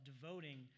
devoting